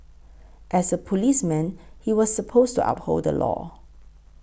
as a policeman he was supposed to uphold the law